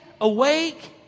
awake